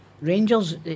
Rangers